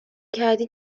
کردی